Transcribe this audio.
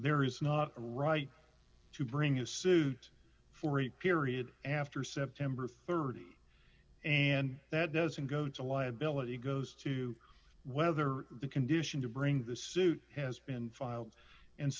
there is not a right to bring a suit for a period after september thirty and that doesn't go to liability goes to whether the condition to bring the suit has been filed and